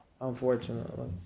unfortunately